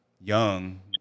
young